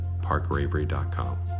parkravery.com